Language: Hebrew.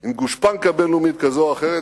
עם גושפנקה בין-לאומית כזאת או אחרת,